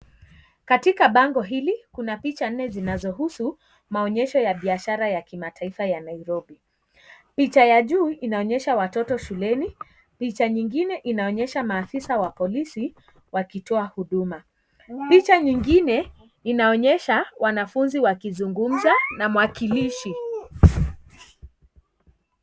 Katika bango hili kuna picha nne zinazo husu maonyesho ya biashara yakimataifa ya Nairobi, picha ya chuu inaonyesha watoto shuleni picha nyingine inaonyesha maafisa wa polisi wakitoa huduma, picha ni mengine inaonyesha wanafunzi wakizungmza na mwakilishi .